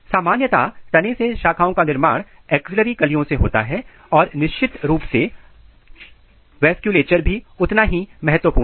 सामान्यतः तने से शाखाओं का निर्माण एक्सिलरी कलियों से होता है और निश्चित रूप से वास्कुलेचर भी उतना ही महत्वपूर्ण है